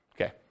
Okay